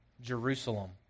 Jerusalem